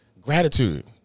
gratitude